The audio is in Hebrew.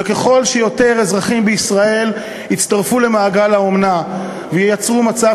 ככל שיותר אזרחים בישראל יצטרפו למעגל האומנה וייצרו מצב